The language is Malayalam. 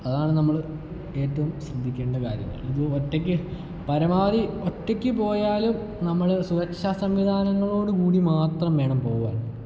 അതാണ് നമ്മൾഏറ്റോം ശ്രദ്ധിക്കേണ്ട കാര്യങ്ങൾ ഇത് ഒറ്റക്ക് പരമാവധി ഒറ്റക്ക് പോയാലും നമ്മൾ സുരക്ഷ സംവിധാനങ്ങളോടു കൂടി മാത്രം വേണം പോവാൻ